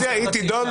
תידון